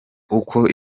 uko